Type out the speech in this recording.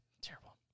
Terrible